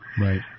Right